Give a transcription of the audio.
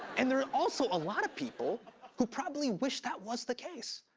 and there are also a lot of people who probably wish that was the case.